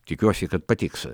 tikiuosi kad patiks